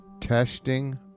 Testing